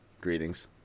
Greetings